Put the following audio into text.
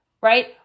right